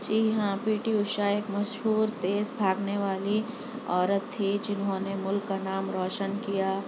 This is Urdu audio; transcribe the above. جی ہاں پی ٹی اوشا ایک مشہور تیز بھاگنے والی عورت تھی جنہوں نے ملک کا نام روشن کیا